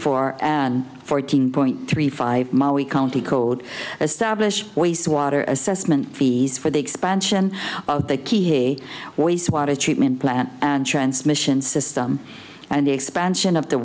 four and fourteen point three five molly county code as stablish wastewater assessment fees the expansion of the key wastewater treatment plant and transmission system and the expansion of the